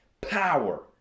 power